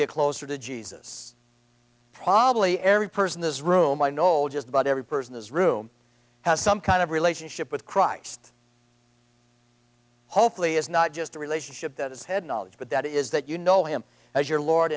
get closer to jesus probably every person this room i know ll just about every person this room has some kind of relationship with christ hopefully it's not just a relationship that is head knowledge but that is that you know him as your lord